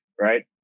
right